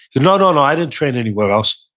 no, no, no. i didn't train anywhere else.